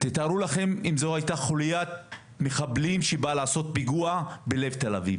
תתארו לכם אם זו הייתה חוליית מחבלים שבאה לעשות פיגוע בלב תל אביב.